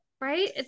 Right